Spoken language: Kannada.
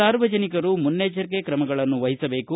ಸಾರ್ವಜನಿಕರು ಮುನ್ನೆಚ್ಛರಿಕೆ ತ್ರಮಗಳನ್ನು ವಹಿಸಬೇಕು